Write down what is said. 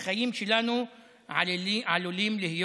החיים שלנו עלולים להיות